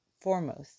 foremost